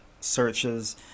searches